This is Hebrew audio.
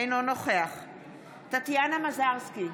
אינו נוכח טטיאנה מזרסקי,